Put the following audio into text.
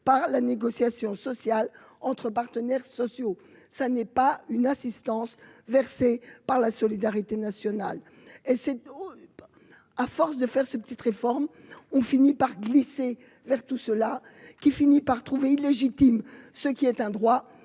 par la négociation sociale entre partenaires sociaux, ça n'est pas une assistance versés par la solidarité nationale et c'est à force de faire ses petites réformes ont fini par glisser vers tous ceux-là qui finit par trouver illégitime, ce qui est un droit